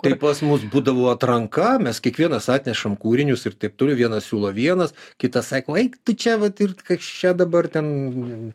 tai pas mus būdavo atranka mes kiekvienas atnešam kūrinius ir taip toliau vieną siūlo vienas kitas sako eik tu čia vat ir kas čia dabar ten